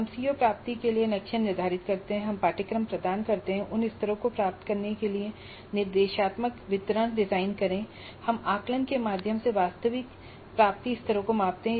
हम सीओ प्राप्ति के लिए लक्ष्य निर्धारित करते हैं हम पाठ्यक्रम प्रदान करते हैं उन स्तरों को प्राप्त करने के लिए निर्देशात्मक वितरण डिजाइन करें हम आकलन के माध्यम से वास्तविक प्राप्ति स्तरों को मापते हैं